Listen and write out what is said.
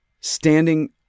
standing